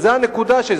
זאת הנקודה שלי.